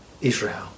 Israel